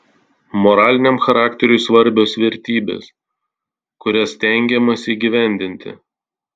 moraliniam charakteriui svarbios vertybės kurias stengiamasi įgyvendinti